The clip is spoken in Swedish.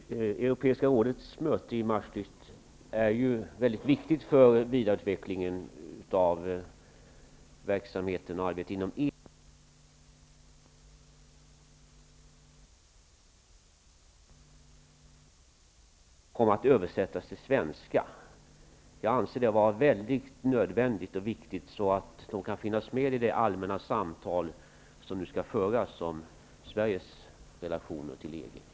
Fru talman! Det europeiska rådets möte i Maastricht är mycket viktigt för vidareutvecklingen av verksamheten och arbetet inom EG. Jag vill fråga om de dokument som man där antog kommer att översättas till svenska. Jag anser att det är nödvändigt och viktigt så att innehållet i dokumenten kan finnas med i de allmänna samtal som nu skall föras om Sveriges relationer till EG.